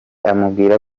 amubwira